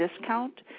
discount